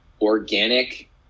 organic